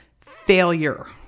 failure